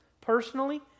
personally